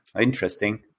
interesting